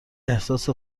احساس